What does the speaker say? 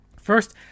First